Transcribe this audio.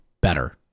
better